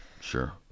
sure